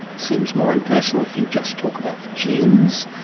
seems more impersonal if you just talk about the genes.